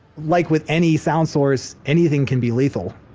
like with any sound source, anything can be lethal.